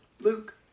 Luke